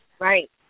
Right